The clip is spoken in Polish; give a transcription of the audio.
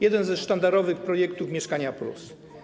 Jeden ze sztandarowych projektów - „Mieszkanie+”